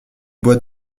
boit